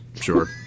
Sure